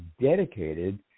dedicated